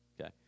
okay